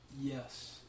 Yes